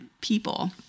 people